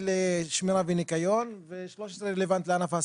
לשמירה ולניקיון ו-13 רלוונטי לענף ההסעדה.